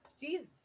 Jesus